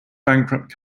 bankrupt